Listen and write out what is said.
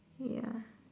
ya